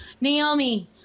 Naomi